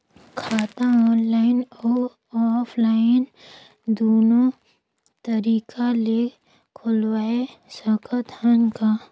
खाता ऑनलाइन अउ ऑफलाइन दुनो तरीका ले खोलवाय सकत हन का?